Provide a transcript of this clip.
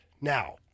Now